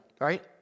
right